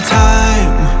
time